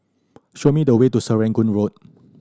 show me the way to Serangoon Road